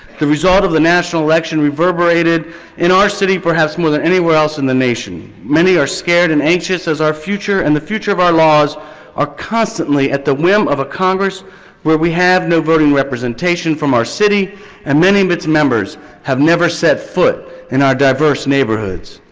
the result of the national election reverberated in our city perhaps more than anywhere else in the nation. many are scared and anxious as our future and the future of our laws are constantly at the whim of a congress where we have no voting representation from our city and many of the members have never set foot in our diverse neighborhoods.